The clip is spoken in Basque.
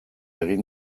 egin